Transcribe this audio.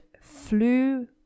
flew